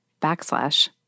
backslash